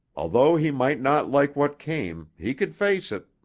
although he might not like what came, he could face it.